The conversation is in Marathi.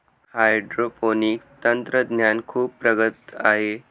हायड्रोपोनिक्स तंत्रज्ञान खूप प्रगत आहे